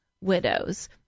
widows